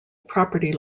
property